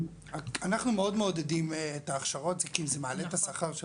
אנחנו מאוד מעודדים את ההכשרות כי זה מעלה את השכר של